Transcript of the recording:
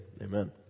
amen